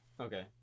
Okay